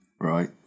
Right